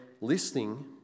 listening